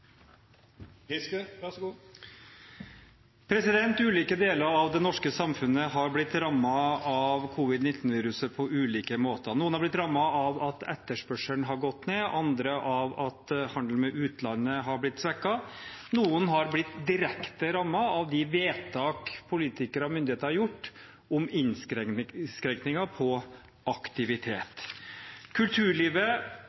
Ulike deler av det norske samfunnet har blitt rammet av covid-19-viruset på ulike måter. Noen har blitt rammet av at etterspørselen har gått ned, andre av at handelen med utlandet har blitt svekket, og noen har blitt direkte rammet av de vedtakene politikere og myndigheter har gjort om